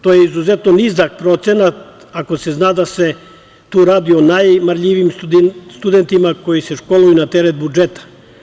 To je izuzetno nizak procenat, ako se zna da se tu radi o najmarljivijim studentima, koji se školuju na teret budžeta.